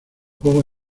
juegos